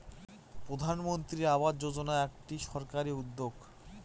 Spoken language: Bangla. প্রধানমন্ত্রী আবাস যোজনা একটি সরকারি উদ্যোগ